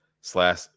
slash